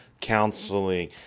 counseling